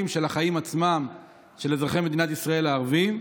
של החיים עצמם של אזרחי מדינת ישראל הערבים,